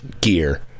gear